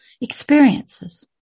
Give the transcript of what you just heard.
experiences